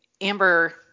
amber